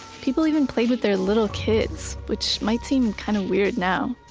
people even played with their little kids, which might seem kind of weird now